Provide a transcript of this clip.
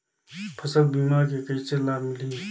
फसल बीमा के कइसे लाभ मिलही?